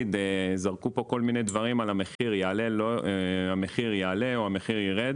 זרקו פה כל מיני דברים על המחיר המחיר יעלה או המחיר ירד